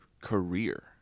career